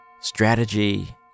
strategy